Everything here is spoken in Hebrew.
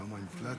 כמה אינפלציה?